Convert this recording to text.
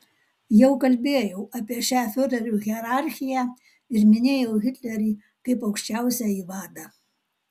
jau kalbėjau apie šią fiurerių hierarchiją ir minėjau hitlerį kaip aukščiausiąjį vadą